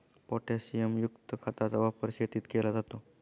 पोटॅशियमयुक्त खताचा वापर शेतीत केला जातो